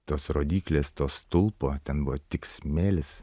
tos rodyklės to stulpo ten buvo tik smėlis